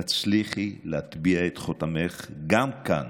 תצליחי להטביע את חותמך גם כאן,